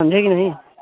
समझे कि नहीं